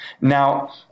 Now